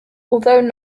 although